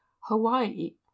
Hawaii